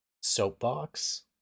soapbox